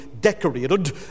decorated